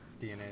DNA